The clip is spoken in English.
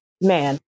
man